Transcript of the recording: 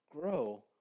Grow